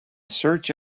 search